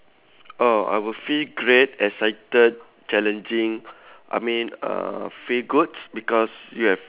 oh I will feel great excited challenging I mean uh feel good because you have